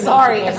Sorry